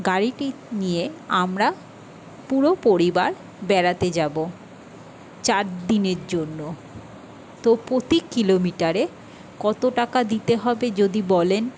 গাড়িটি নিয়ে আমরা পুরো পরিবার বেড়াতে যাব চারদিনের জন্য তো প্রতি কিলোমিটারে কত টাকা দিতে হবে যদি বলেন